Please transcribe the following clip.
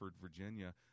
Virginia